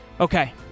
Okay